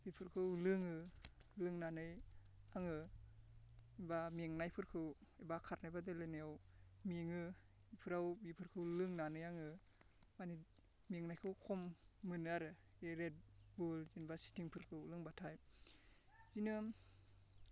बेफोरखौ लोङो लोंनानै आङो बा मेंनायफोरखौ एबा खारनाय बादायलायनायाव मेङो बेफोराव बेफोरखौ लोंनानै आङो माने मेंनायखौ खम मोनो आरो रेडबुल बा स्टिंफोरखौ लोंबाथाय बिदिनो